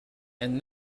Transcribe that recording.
and